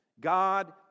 God